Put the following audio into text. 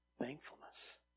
Thankfulness